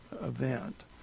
event